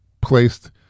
placed